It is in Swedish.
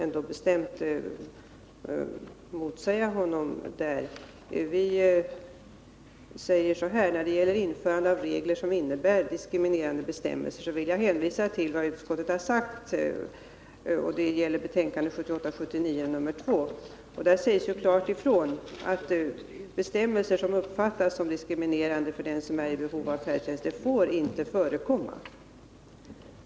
När det gäller införande av regler som kan uppfattas som diskriminerande vill jag hänvisa till vad utskottet har sagt i betänkandet 1978/79:2. Där sägs klart ifrån att bestämmelser som uppfattas som diskriminerande för de personer som är i behov av färdtjänst inte får förekomma.